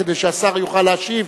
כדי שהשר יוכל להשיב.